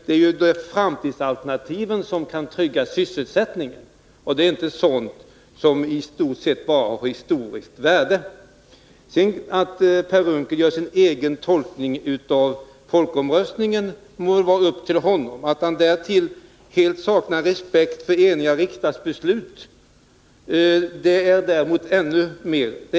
Det är ju framtidsalternativen som kan trygga sysselsättningen, inte sådant som i stort sett bara har historiskt intresse. Att Per Unckel sedan gör sin egen tolkning av folkomröstningen må stå honom fritt, men att han helt saknar respekt för enhälliga riksdagsbeslut är däremot mycket förvånande.